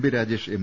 B Rajesh M